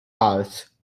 arts